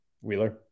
Wheeler